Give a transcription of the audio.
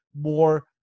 more